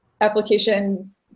applications